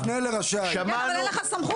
תפנה לראשי העיר --- אבל אין לך סמכות.